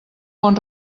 bon